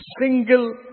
single